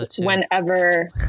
whenever